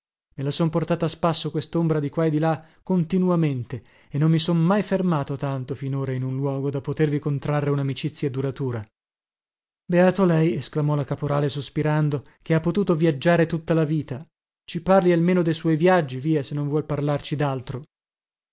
me la son portata a spasso questombra di qua e di là continuamente e non mi son mai fermato tanto finora in un luogo da potervi contrarre unamicizia duratura beato lei esclamò la caporale sospirando che ha potuto viaggiare tutta la vita ci parli almeno de suoi viaggi via se non vuol parlarci